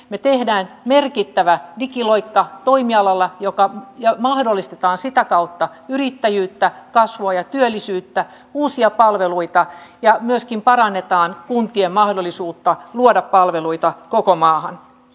me teemme merkittävän digiloikan toimialalla ja sitä kautta mahdollistetaan yrittäjyyttä kasvua ja työllisyyttä uusia palveluita ja myöskin parannetaan kuntien mahdollisuutta luoda palveluita koko maahan